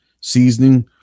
seasoning